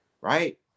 right